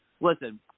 listen